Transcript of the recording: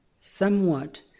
somewhat